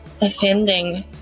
offending